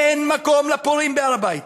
אין מקום לפורעים בהר-הבית,